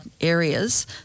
areas